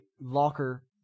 locker